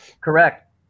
Correct